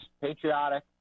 patriotic